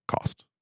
cost